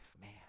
Man